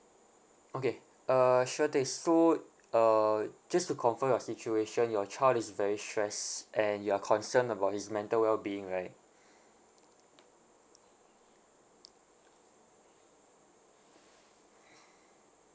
okay uh sure thing so uh just to confirm your situation your child is very stressed and you are concerned about his mental wellbeing right